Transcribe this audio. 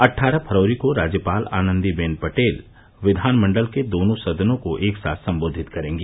अट्ठारह फरवरी को राज्यपाल आनन्दीबेन पटेल विधानमंडल के दोनों सदनों को एक साथ संबोधित करेंगी